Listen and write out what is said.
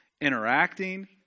interacting